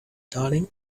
darling